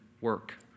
work